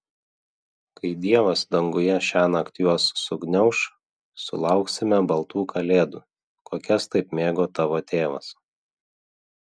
kai dievas danguje šiąnakt juos sugniauš sulauksime baltų kalėdų kokias taip mėgo tavo tėvas